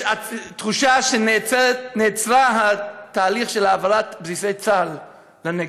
יש תחושה שנעצר התהליך של העברת בסיסי צה"ל לנגב.